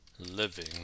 living